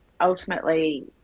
ultimately